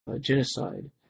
genocide